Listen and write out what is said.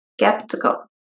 skeptical